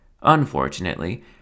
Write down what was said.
Unfortunately